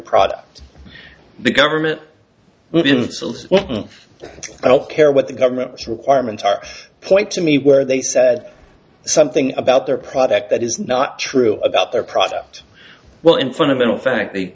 product the government will be installed i don't care what the government is requirements are point to me where they said something about their product that is not true about their product well in front of in fact they